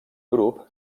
grup